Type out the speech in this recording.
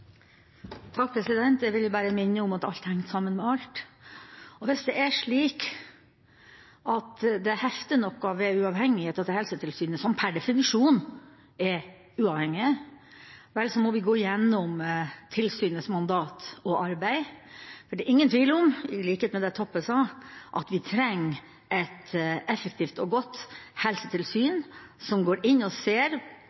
minne om at alt henger sammen med alt. Hvis det er slik at det hefter noe ved uavhengigheten til Helsetilsynet, som per definisjon er uavhengig, må vi gå gjennom tilsynets mandat og arbeid. For det er ingen tvil om – i likhet med det Toppe sa – at vi trenger et effektivt og godt